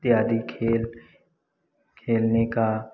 इत्यादि खेल खेलने का